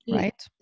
right